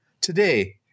Today